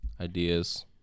ideas